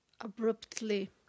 abruptly